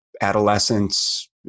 adolescence